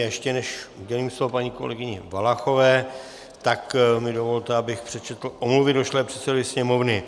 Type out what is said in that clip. A ještě než udělím slovo paní kolegyni Valachové, tak mi dovolte, abych přečetl omluvy došlé předsedovi Sněmovny.